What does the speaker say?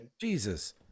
Jesus